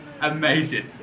amazing